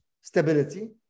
stability